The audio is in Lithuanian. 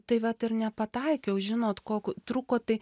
tai vat ir nepataikiau žinot ko ko trūko tai